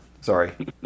Sorry